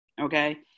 Okay